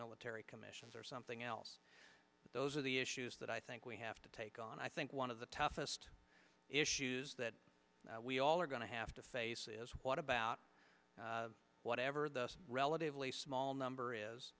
military commissions or something else but those are the issues that i think we have to take on i think one of the toughest issues that we all are going to have to face is what about whatever the relatively small number is